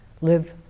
live